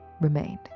remained